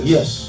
Yes